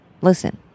listen